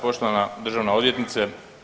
Poštovana državna odvjetnice.